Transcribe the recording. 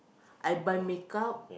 I buy makeup